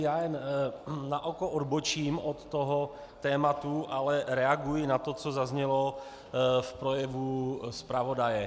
Já jen naoko odbočím od tématu, ale reaguji na to, co zaznělo v projevu zpravodaje.